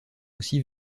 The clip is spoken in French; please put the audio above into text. aussi